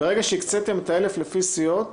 ברגע שהקצתם את ה-1,000 לפי סיעות,